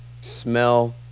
smell